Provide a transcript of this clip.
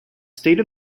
state